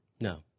No